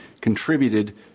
contributed